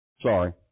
Sorry